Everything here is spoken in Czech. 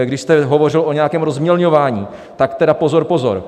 Když jste hovořil o nějakém rozmělňování, tak tedy pozor, pozor!